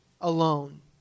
alone